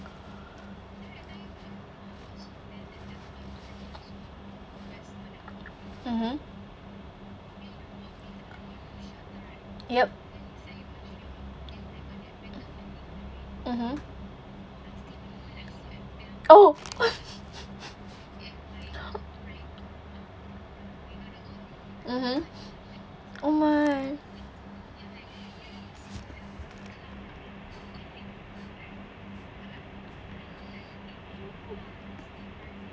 mmhmm yup mmhmm oh mmhmm oh my